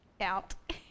out